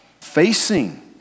facing